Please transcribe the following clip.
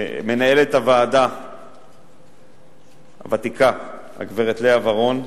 מנהלת הוועדה הוותיקה הגברת לאה ורון,